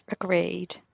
agreed